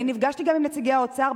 אני נפגשתי גם עם נציגי האוצר,